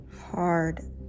Hard